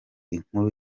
inkuru